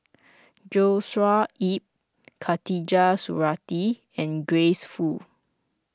Joshua Ip Khatijah Surattee and Grace Fu